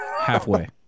halfway